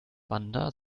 bandar